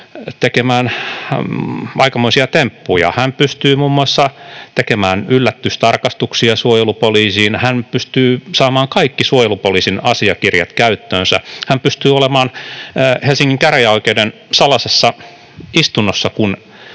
tekemään aikamoisia temppuja — hän pystyy muun muassa tekemään yllätystarkastuksia suojelupoliisiin, hän pystyy saamaan kaikki suojelupoliisin asiakirjat käyttöönsä, hän pystyy olemaan Helsingin käräjäoikeuden salaisessa istunnossa,